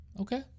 okay